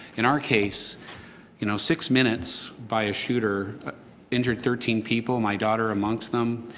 in our case you know six minutes by a shooter injured thirteen people, my daughter amongst them,